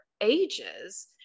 ages